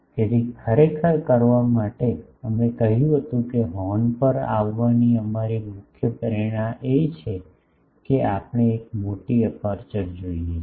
તેથી ખરેખર કરવા માટે અમે કહ્યું હતું કે હોર્ન પર આવવાની અમારી મુખ્ય પ્રેરણા છે કે આપણે એક મોટી અપેરચ્યોર જોઈએ છે